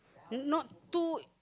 there's not two